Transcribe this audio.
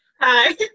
Hi